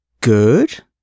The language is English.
good